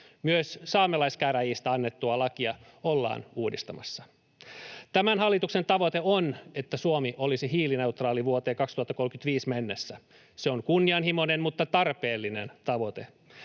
Myös saamelaiskäräjistä annettua lakia ollaan uudistamassa. Tämän hallituksen tavoite on, että Suomi olisi hiilineutraali vuoteen 2035 mennessä. Se on kunnianhimoinen mutta tarpeellinen tavoite.